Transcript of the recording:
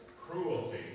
cruelty